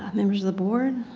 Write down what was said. members of the board.